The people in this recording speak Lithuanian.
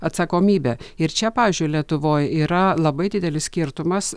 atsakomybė ir čia pavyzdžiui lietuvoj yra labai didelis skirtumas